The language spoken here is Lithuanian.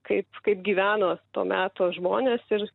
kaip kaip gyveno to meto žmonės ir